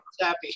happy